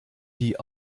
die